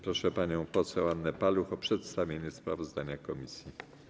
Proszę panią poseł Annę Paluch o przedstawienie sprawozdania komisji.